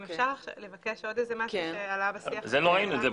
אם אפשר לבקש עוד משהו שעלה בשיח --- את זה לא ראינו.